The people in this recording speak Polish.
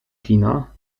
kina